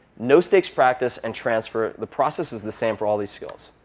no-stakes practice and transfer the process is the same for all these skills.